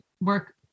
work